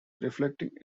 reflecting